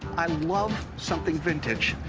i love something vintage.